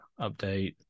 update